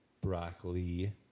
broccoli